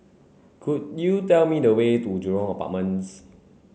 could you tell me the way to Jurong Apartments